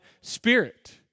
spirit